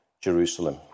Jerusalem